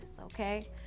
okay